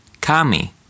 Kami